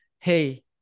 hey